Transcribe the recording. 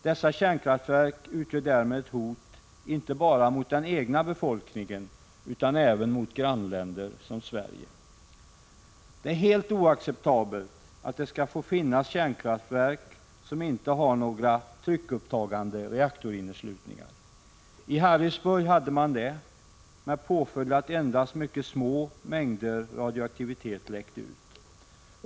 Dessa kärnkraftverk utgör därmed ett hot inte bara mot den egna befolkningen utan även mot invånarna i grannländer som Sverige. Det är helt oacceptabelt att det får finnas kärnkraftverk som inte har några tryckupptagande reaktorinneslutningar. Sådana hade kärnkraftverket i Harrisburg, med påföljd att mycket små mängder radioaktivitet läckte ut.